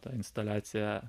tą instaliaciją